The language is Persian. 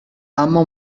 اما